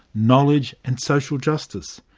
knowledge and social justice.